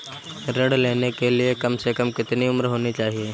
ऋण लेने के लिए कम से कम कितनी उम्र होनी चाहिए?